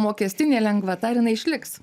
mokestinė lengvata ar jinai išliks